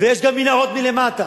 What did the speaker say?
ויש גם מנהרות מלמטה.